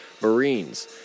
Marines